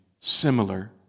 similar